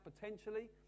potentially